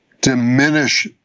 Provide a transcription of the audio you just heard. diminish